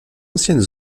ancienne